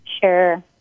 Sure